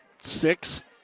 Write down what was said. six